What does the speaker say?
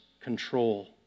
control